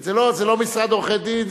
זה לא משרד עורכי-דין,